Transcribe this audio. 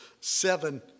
seven